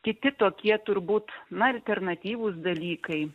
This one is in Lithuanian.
kiti tokie turbūt na alternatyvūs dalykai